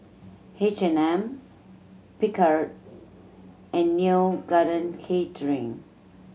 H and M Picard and Neo Garden Catering